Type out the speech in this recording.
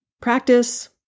practice